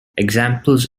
examples